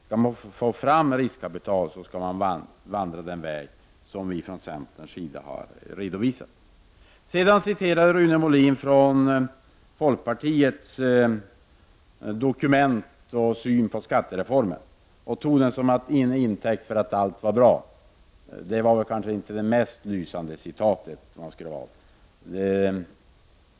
Skall man få fram riskkapital, skall man vandra den väg som vi från centerns sida har redovisat. Sedan citerar Rune Molin ett dokument med folkpartiets syn på skattereformen och tar det som intäkt för att allt är bra. Det var kanske inte det mest lysande citat som kan anföras.